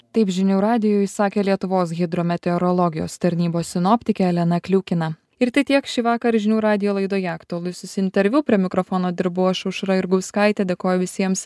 taip žinių radijui sakė lietuvos hidrometeorologijos tarnybos sinoptikė elena kliukina ir tai tiek šįvakar žinių radijo laidoje aktualusis interviu prie mikrofono dirbu aš aušra jurgauskaitė dėkojo visiems